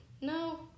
No